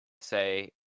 say